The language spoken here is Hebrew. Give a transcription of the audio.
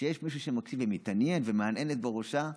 כשיש מישהו שמקשיב ומתעניין, ומהנהנת בראשה.